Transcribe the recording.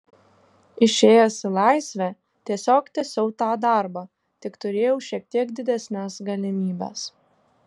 išėjęs į laisvę tiesiog tęsiau tą darbą tik turėjau šiek tiek didesnes galimybes